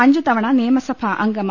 അഞ്ചു തവണ നിയമസഭാ അംഗമായി